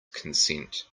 consent